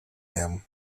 him